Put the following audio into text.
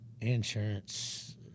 insurance